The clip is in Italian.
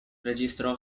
registrò